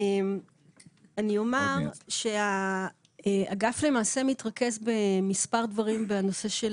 אני אומר שהאגף מתרכז במספר דברים בנושא של